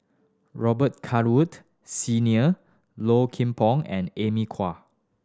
Robet Wood Senior Low Kim Pong and Amy Khor